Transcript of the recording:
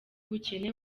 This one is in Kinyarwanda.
ubukene